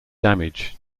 damage